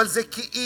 אבל זה כאילו.